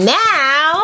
now